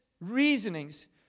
reasonings